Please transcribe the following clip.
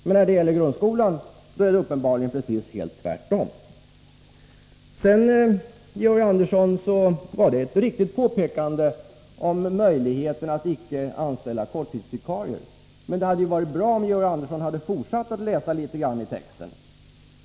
Men när det gäller grundskolan är det uppenbarligen precis tvärtom. Georg Andersson gjorde ett riktigt påpekande om möjligheten att icke anställa korttidsvikarier. Men det hade varit bra om Georg Andersson hade fortsatt att läsa litet i texten.